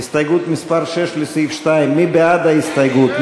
הסתייגות מס' 6 לסעיף 2, מי בעד ההסתייגות?